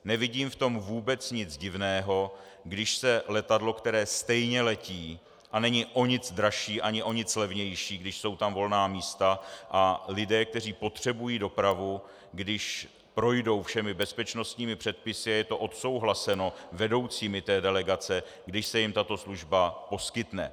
Nevidím v tom vůbec nic divného, když se letadlo, které stejně letí a není o nic dražší ani o nic levnější, když jsou tam volná místa, a lidé, kteří potřebují dopravu, když projdou všemi bezpečnostními předpisy a je to odsouhlaseno vedoucími delegace, když se jim tato služba poskytne.